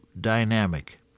dynamic